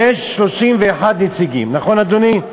יש 31 נציגים, נכון, אדוני?